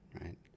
right